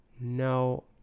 No